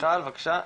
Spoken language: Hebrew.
מיכל בבקשה.